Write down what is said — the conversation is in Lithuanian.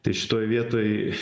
tai šitoj vietoj